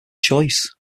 choice